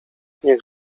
niech